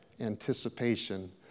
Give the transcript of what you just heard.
anticipation